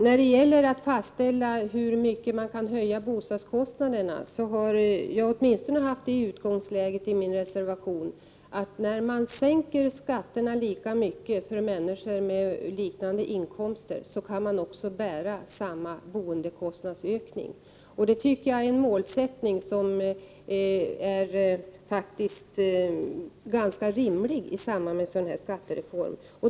När det gäller att fastställa hur mycket man kan höja boendekostnaderna har jag åtminstone haft den utgångspunkten i min reservation att när man sänker skatter lika mycket för människor med liknande inkomster, skall dessa människor kunna bära samma boendekostnadsökning. Det tycker jag är en målsättning som faktiskt är ganska rimlig i samband med en skattereform.